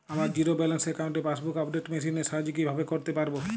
আমার zero balance অ্যাকাউন্টে passbook update machine এর সাহায্যে কীভাবে করতে পারব?